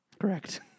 Correct